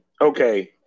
okay